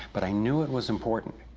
but i knew it was important,